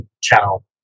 channel